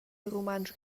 rumantsch